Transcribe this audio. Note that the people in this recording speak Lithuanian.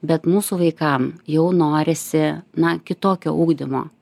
bet mūsų vaikam jau norisi na kitokio ugdymo